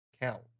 count